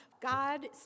God